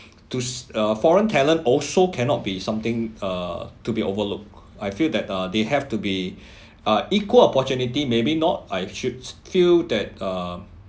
to s~ uh foreign talent also cannot be something uh to be overlook I feel that uh they have to be uh equal opportunity maybe not I should feel that uh